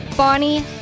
Bonnie